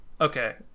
okay